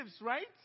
right